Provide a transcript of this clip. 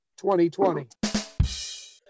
2020